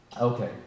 Okay